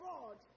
God